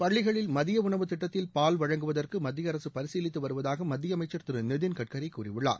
பள்ளிகளில் மதிய உணவு திட்டத்தில் பால் வழங்குவதற்கு மத்திய அரசு பரிசீலித்து வருவதாக மத்திய அமைச்சர் திரு நிதின் கட்கரி கூறியுள்ளார்